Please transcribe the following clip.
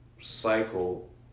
cycle